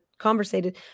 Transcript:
conversated